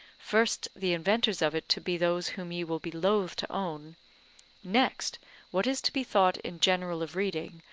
first the inventors of it to be those whom ye will be loath to own next what is to be thought in general of reading,